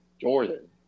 Jordan